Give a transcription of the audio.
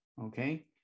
okay